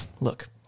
look